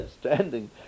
standing